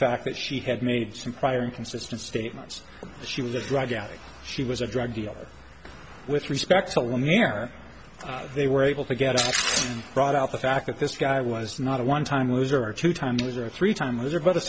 fact that she had made some prior inconsistent statements she was a drug addict she was a drug dealer with respect to linear they were able to get it brought out the fact that this guy was not a one time loser a two time loser three time loser b